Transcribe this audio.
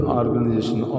organization